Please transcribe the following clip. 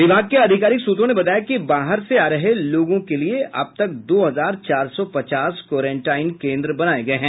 विभाग के आधिकारिक सूत्रों ने बताया कि बाहर से आ रहे लोगों के लिए अब तक दो हजार चार सौ पचास क्वारेंटाईन केन्द्र बनाये गये हैं